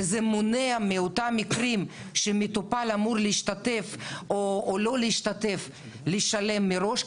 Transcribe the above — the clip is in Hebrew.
שזה מונע מאותם מקרים שמטופל אמור להשתתף או לא להשתתף לשלם מראש,